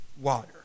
water